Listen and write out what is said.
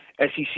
sec